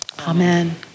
Amen